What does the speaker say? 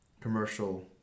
commercial